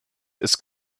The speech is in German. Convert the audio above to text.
ist